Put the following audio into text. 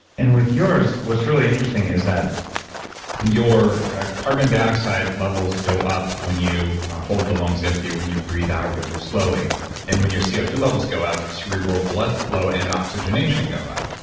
and with yours what's really interesting is that your ah carbon dioxide levels go up when you hold the lungs empty, or when you breathe out really slowly and when your c o two levels go up, cerebral blood flow and oxygenation go up,